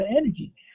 energy